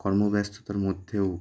কর্মব্যস্ততার মধ্যেও